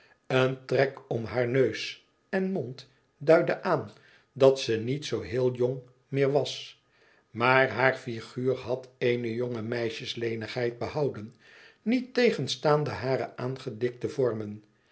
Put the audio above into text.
een trek om haar neus en mond duidde aan dat ze niet zoo heel jong meer was maar haar figuur had eene jonge meisjes lenigheid behouden niettegenstaande hare aangedikte vormen